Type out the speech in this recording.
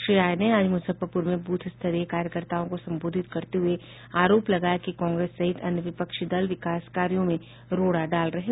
श्री राय ने आज मुजफ्फरपुर में बूथ स्तरीय कार्यकर्ताओं को संबोधित करते हुए आरोप लगाया कि कांग्रेस सहित अन्य विपक्षी दल विकास कार्यों में रोड़ा डाल रहे हैं